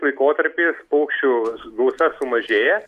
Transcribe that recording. laikotarpį paukščių gausa sumažėja